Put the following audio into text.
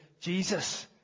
Jesus